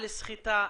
על סחיטה,